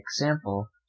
example